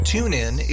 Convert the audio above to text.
TuneIn